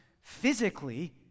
physically